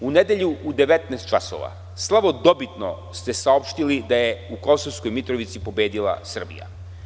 U nedelju u 19,00 časova slavodobitno se saopštili da je u Kosovskoj Mitrovici pobedila Srbija.